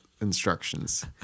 instructions